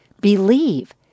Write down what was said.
believe